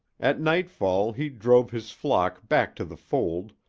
at nightfall he drove his flock back to the fold,